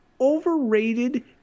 overrated